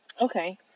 okay